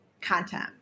content